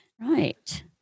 Right